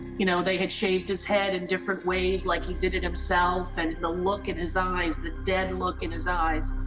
you know, they had shaved his head in different ways, like, he did it himself, and the look in his eyes, the dead look in his eyes,